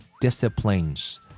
Disciplines